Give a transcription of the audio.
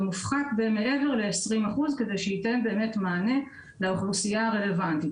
ומופחת מעבר ל-20% כדי שהוא ייתן באמת מענה לאוכלוסייה הרלוונטית.